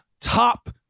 top